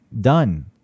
done